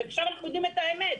עכשיו אנחנו יודעים את האמת,